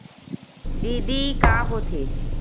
DD का होथे?